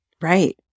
Right